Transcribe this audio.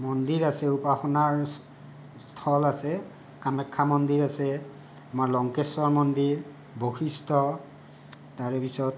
মন্দিৰ আছে উপাসনাৰ স্থল আছে কামাখ্যা মন্দিৰ আছে আমাৰ লংকেশ্বৰ মন্দিৰ বশিষ্ঠ তাৰে পিছত